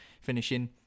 finishing